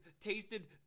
tasted